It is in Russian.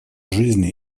жизни